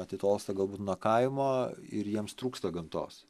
atitolsta galbūt nuo kaimo ir jiems trūksta gamtos